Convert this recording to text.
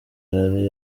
yari